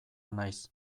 naiz